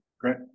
great